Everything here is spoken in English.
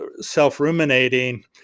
self-ruminating